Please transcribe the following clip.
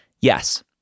yes